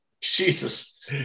Jesus